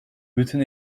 bütün